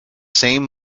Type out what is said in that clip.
same